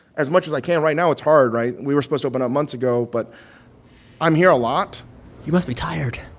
as much as i can. right now, it's hard, right? we were supposed to open up months ago. but i'm here a lot you must be tired